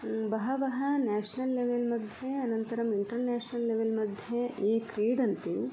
बहवः national level मध्ये अनन्तरं इन्टर्नेष्नल् लेवल् मध्ये ये क्रीडन्ति